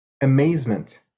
amazement